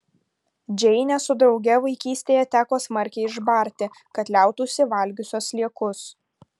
džeinę su drauge vaikystėje teko smarkiai išbarti kad liautųsi valgiusios sliekus